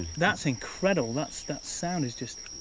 that's incredible. that's that sound is just